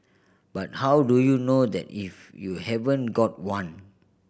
but how do you know that if you haven't got one